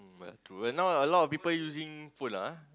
but true but now a lot of people using phone lah ah